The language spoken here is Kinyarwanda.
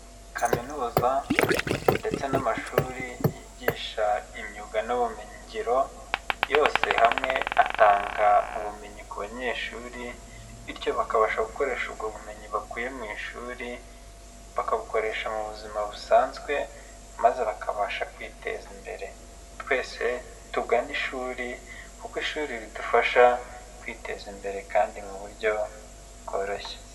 Kaminuza ndetse n'amashuri yigisha imyuga n'ubumenyingiro, yose hamwe atanga ubumenyi ku banyeshuri bityo bakabasha gukoresha ubwo bumenyi bakuye mu ishuri, bakabukoresha mu buzima busanzwe, maze bakabasha kwiteza imbere, twese tugane ishuri kuko ishuri ridufasha kwiteza imbere kandi mu buryo bworoshye.